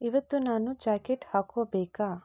ಇವತ್ತು ನಾನು ಜಾಕೇಟ್ ಹಾಕ್ಕೋಬೇಕೇ